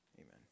Amen